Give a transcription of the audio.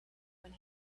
when